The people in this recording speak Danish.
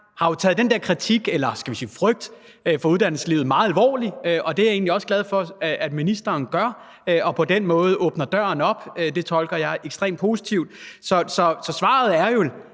har jo taget den der kritik, eller skal vi sige frygt, fra uddannelseslivet meget alvorligt, og det er jeg egentlig også glad for at ministeren gør og på den måde åbner døren. Det tolker jeg ekstremt positivt. Så svaret er vel,